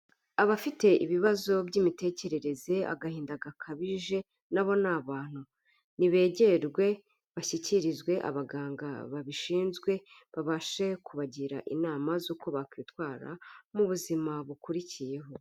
Abafite ibibazo by'imitekerereze agahinda gakabije nabo ni abantu, nibegererwe bashyikirizwe abaganga babishinzwe babashe kubagira inama z'uko bakwitwara mu buzima bukurikiyeho.